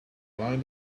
blinded